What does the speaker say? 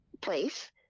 place